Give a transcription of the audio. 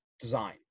design